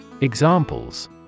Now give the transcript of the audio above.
Examples